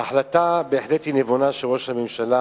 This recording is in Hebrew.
ההחלטה של ראש הממשלה